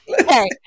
okay